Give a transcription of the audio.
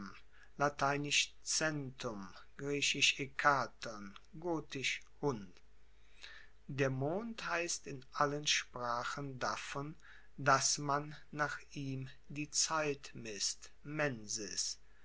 der mond heisst in allen sprachen davon dass man nach ihm die zeit misst